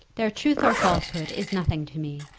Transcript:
their truth or falsehood is nothing to me.